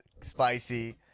spicy